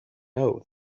know